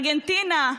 ארגנטינה,